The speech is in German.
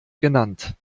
genannt